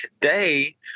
today